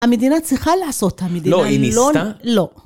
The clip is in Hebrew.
המדינה צריכה לעשות המדינה, לא היא ניסתה? לא.